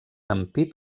ampit